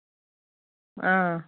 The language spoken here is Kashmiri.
اۭں